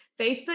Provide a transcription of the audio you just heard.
Facebook